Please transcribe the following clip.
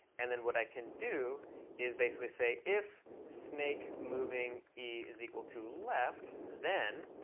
and then what i can do is basically say, if snakemoving is equal to left, then